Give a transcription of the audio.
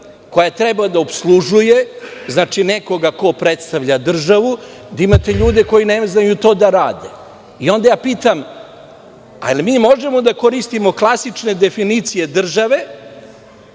koja treba da opslužuje nekoga ko predstavlja državu, da imate ljude koji ne znaju to da rade. Pitam se da li mi možemo da koristimo klasične definicije države